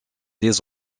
des